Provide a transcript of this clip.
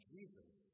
Jesus